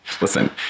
Listen